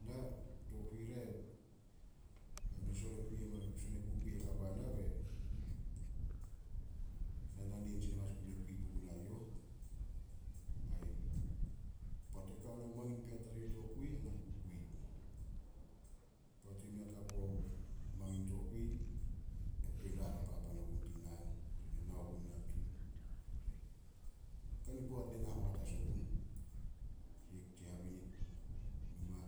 Na tokui re, sone kukui hakap ana be na naneen sin hamanas gue kui pugu nai youh. Ai poat e kao na mangin pea tarih, ai na ku kui. Poat i mei a ka puo mangin to kui, na tuan rarao papan ogun tin naan, na tuan e nao gun natu. Kani poat, na tuan na hoat as ogun. Siek tsi habinit numa.